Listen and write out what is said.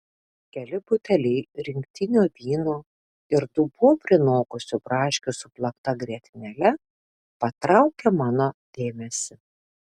keli buteliai rinktinio vyno ir dubuo prinokusių braškių su plakta grietinėle patraukia mano dėmesį